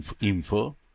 info